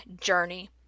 journey